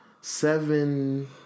Seven